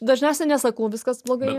dažniausia nesakau viskas blogai